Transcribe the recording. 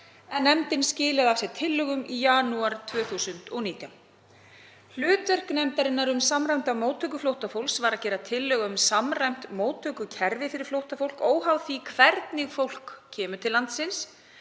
en nefndin skilaði af sér tillögum í janúar 2019. Hlutverk nefndarinnar um samræmda móttöku flóttafólks var að gera tillögu um samræmt móttökukerfi fyrir flóttafólk, óháð því hvernig fólk kemur til landsins,